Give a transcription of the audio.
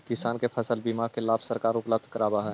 किसान के फसल बीमा के लाभ सरकार उपलब्ध करावऽ हइ